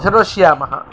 सर्वस्यामः